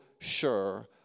sure